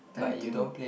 don't you think